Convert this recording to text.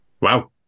Wow